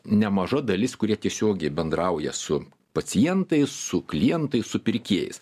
nemaža dalis kurie tiesiogiai bendrauja su pacientais su klientais su pirkėjais